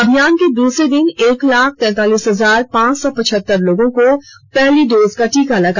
अभियान के दूसरे दिन एक लाख तैंतालीस हजार पांच सौ पचहत्तर लोगों को पहली डोज का टीका लगा